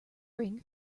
ring